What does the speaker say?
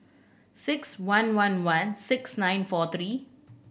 six one one one six nine four three